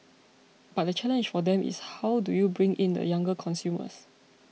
but the challenge for them is how do you bring in the younger consumers